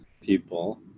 people